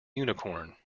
unicorn